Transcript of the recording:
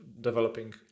developing